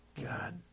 god